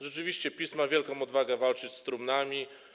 Rzeczywiście PiS ma wielką odwagę walczyć z trumnami.